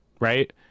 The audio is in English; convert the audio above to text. right